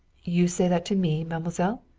you say that to me, mademoiselle?